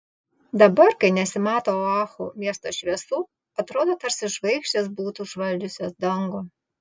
dabar kai nesimato oahu miesto šviesų atrodo tarsi žvaigždės būtų užvaldžiusios dangų